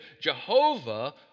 Jehovah